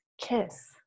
Kiss